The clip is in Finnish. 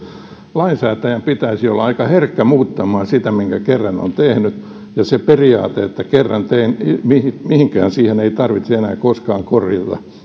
lainsäätäjän pitäisi olla aika herkkä muuttamaan sitä minkä kerran on tehnyt ja se periaate että kerran tein ja mihinkään siihen ei tarvitse enää koskaan